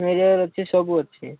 mirror ଅଛି ସବୁ ଅଛି